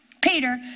Peter